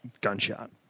gunshot